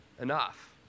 enough